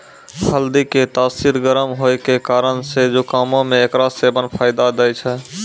हल्दी के तासीर गरम होय के कारण से जुकामो मे एकरो सेबन फायदा दै छै